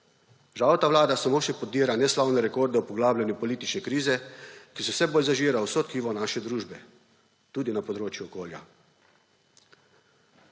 Žal ta vlada samo še podira neslavne rekorde o poglabljanju politične krize, ki se vse bolj zažira v vse tkivo naše družbe, tudi na področju okolja.